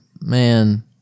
man